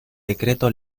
decreto